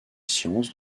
sciences